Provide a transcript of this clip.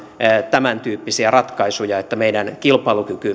tämäntyyppisiä ratkaisuja jotta meidän kilpailukyky